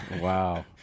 Wow